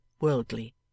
worldly